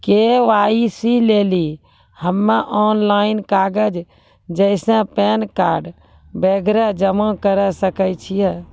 KYC लेली हम्मय online कागज जैसे पैन कार्ड वगैरह जमा करें सके छियै?